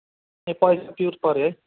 ए पैसा पनि प्योर पऱ्यो है